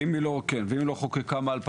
ואם היא לא חוקקה מ-2008,